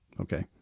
okay